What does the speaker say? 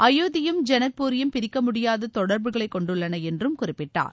அயோத்தியும் ஜனக்புரியும் பிரிக்க முடியாத தொடர்புகளை கொண்டுள்ளன என்றும் குறிப்பிட்டார்